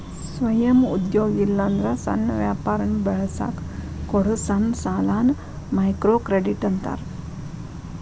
ಸ್ವಯಂ ಉದ್ಯೋಗ ಇಲ್ಲಾಂದ್ರ ಸಣ್ಣ ವ್ಯಾಪಾರನ ಬೆಳಸಕ ಕೊಡೊ ಸಣ್ಣ ಸಾಲಾನ ಮೈಕ್ರೋಕ್ರೆಡಿಟ್ ಅಂತಾರ